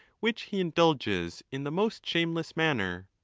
which he indulges in the most shameless manner.